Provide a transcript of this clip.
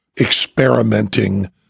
experimenting